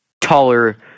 taller